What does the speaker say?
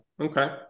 Okay